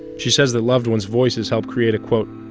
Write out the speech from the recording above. she says the loved ones' voices help create a, quote,